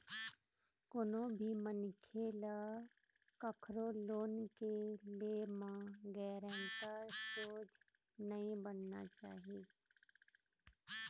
कोनो भी मनखे ल कखरो लोन के ले म गारेंटर सोझ नइ बनना चाही